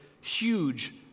huge